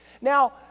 Now